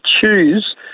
choose